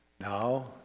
Now